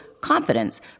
confidence